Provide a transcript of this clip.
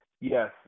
Yes